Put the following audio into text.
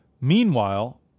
Meanwhile